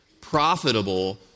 profitable